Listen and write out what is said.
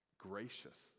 gracious